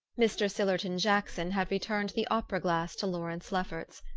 mr. sillerton jackson had returned the opera-glass to lawrence lefferts.